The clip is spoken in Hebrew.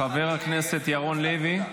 חבר הכנסת ירון לוי,